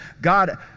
God